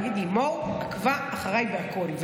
נגיד, לימור עקבה אחריי בכול.